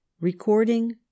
Recording